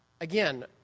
again